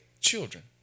children